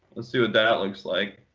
let's see what that looks like.